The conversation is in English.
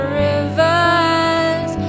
rivers